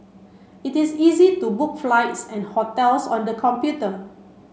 it is easy to book flights and hotels on the computer